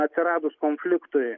atsiradus konfliktui